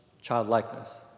Childlikeness